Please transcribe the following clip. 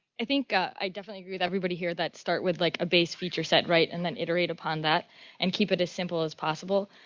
i think i definitely agree with everybody here that start with like a base feature set, right, and then iterate upon that and keep it as simple as possible.